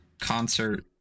concert